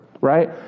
right